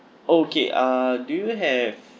okay uh do you have